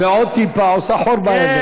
טיפה ועוד טיפה ועוד טיפה עושה חור באבן.